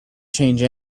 change